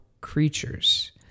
creatures